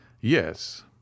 yes